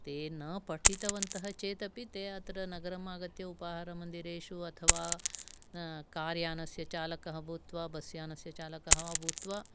ते न पठितवन्तः चेदपि ते अत्र नगरमागत्य उपाहारमन्दिरेषु अथवा कार्यानस्य चालकः भूत्वा अथवा बस् यानस्य चालकः वा भूत्वा